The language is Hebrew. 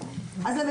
ולכן,